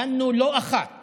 דנו לא אחת